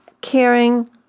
caring